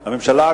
שהממשלה,